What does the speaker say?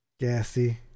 Gassy